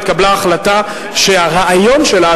התקבלה החלטה שהרעיון שלה,